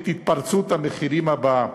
את התפרצות המחירים הבאה.